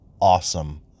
awesome